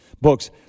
books